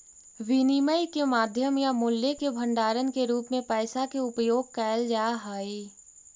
विनिमय के माध्यम या मूल्य के भंडारण के रूप में पैसा के उपयोग कैल जा हई